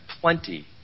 plenty